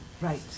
Right